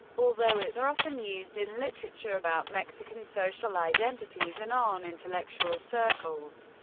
although it's often used in literature about mexican social identities and on intellectual circles.